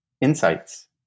insights